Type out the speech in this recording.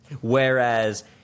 Whereas